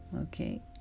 okay